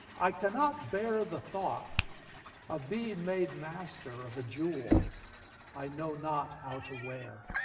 i cannot bear the thought of being made master of a jewell i know not how to wear.